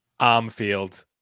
Armfield